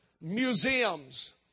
museums